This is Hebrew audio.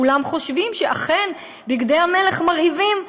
כולם חושבים שאכן בגדי המלך מרהיבים,